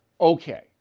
okay